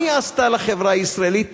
מה היא עשתה לחברה הישראלית,